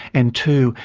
and two,